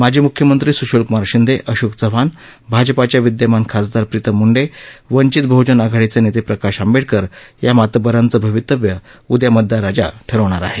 माजी मुख्यमंत्री सुशीलकुमार शिंदे अशोक चव्हाण भाजपाच्या विद्यमान खासदार प्रितम मुंडे वंघित बहुजन आघाडीचे नेते प्रकाश आंबेडकर या मातब्बरांचं भवितव्यही उद्या मतदार राजा ठरवणार आहे